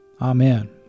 Amen